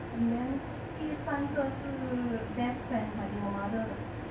and then 第三个是 desk fan 我买给我 mother 的